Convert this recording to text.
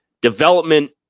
development